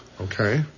Okay